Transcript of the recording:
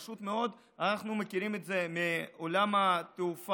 פשוט מאוד, אנחנו מכירים את זה מעולם התעופה,